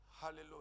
Hallelujah